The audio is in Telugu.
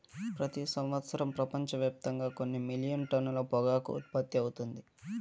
ప్రతి సంవత్సరం ప్రపంచవ్యాప్తంగా కొన్ని మిలియన్ టన్నుల పొగాకు ఉత్పత్తి అవుతుంది